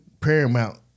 Paramount